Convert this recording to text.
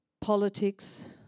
politics